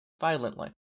Violently